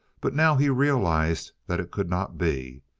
but now he realized that it could not be.